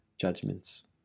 judgments